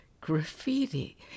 Graffiti